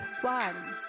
one